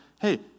hey